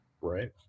Right